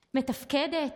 מתפקדת,